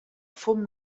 fum